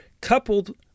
coupled